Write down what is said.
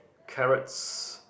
carrots